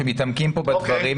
שמתעמקים פה בדברים,